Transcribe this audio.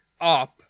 up